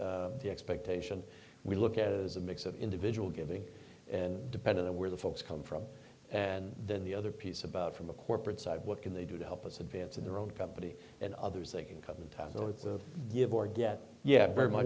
with the expectation we look at is a mix of individual giving and depending on where the folks come from and then the other piece about from a corporate side what can they do to help us advance in their own company and others they can come in time to give or get yet very much